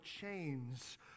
chains